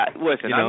listen